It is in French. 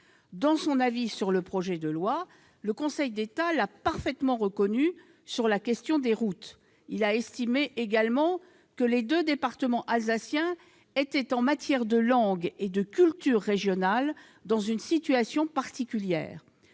Dans son avis sur le projet de loi, le Conseil d'État l'a parfaitement reconnu en ce qui concerne la question des routes. Il a également estimé que les deux départements alsaciens étaient, en matière de langue et de culture régionales, dans une situation particulière.